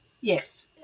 Yes